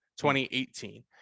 2018